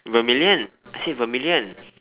vermilion I said vermilion